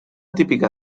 típica